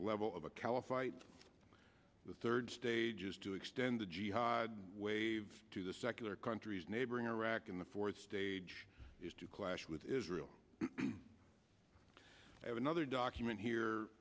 level of a callous light the third stage is to extend the jihad wave to the secular countries neighboring iraq and the fourth stage is to clash with israel have another document here